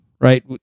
right